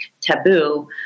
taboo